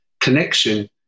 connection